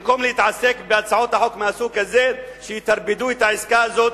במקום להתעסק בהצעות חוק מהסוג הזה שיטרפדו את העסקה הזאת,